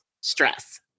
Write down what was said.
stress